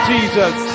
Jesus